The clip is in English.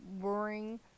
worrying